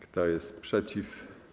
Kto jest przeciw?